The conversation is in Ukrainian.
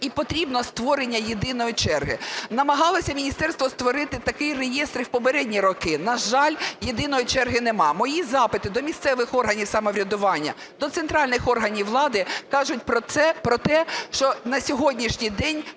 і потрібно створення єдиної черги. Намагалося міністерство створити такий реєстр і в попередні роки, на жаль, єдиної черги немає. Мої запити до місцевих органів самоврядування, до центральних органів влади кажуть про те, що на сьогоднішній день